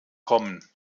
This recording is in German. kommen